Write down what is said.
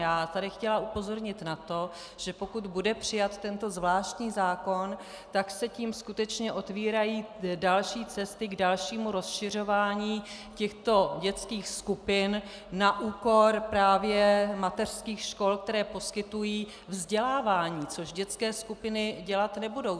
Já jsem tady chtěla upozornit na to, že pokud bude přijat tento zvláštní zákon, tak se tím skutečně otevírají další cesty k dalšímu rozšiřování těchto dětských skupin právě na úkor mateřských škol, které poskytují vzdělávání, což dětské skupiny dělat nebudou.